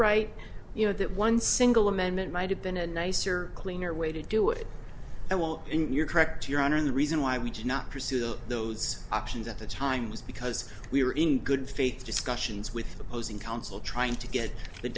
right you know that one single amendment might have been a nicer cleaner way to do it and while you're correct your honor the reason why we did not pursue those options at the time was because we were in good faith discussions with opposing counsel trying to get the